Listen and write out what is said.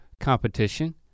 competition